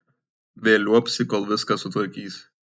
vėl liuobsi kol viską sutvarkysi